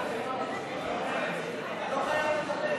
אתה לא חייב לדבר,